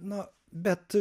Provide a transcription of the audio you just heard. na bet